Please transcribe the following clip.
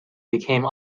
became